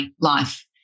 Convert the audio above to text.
life